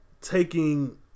taking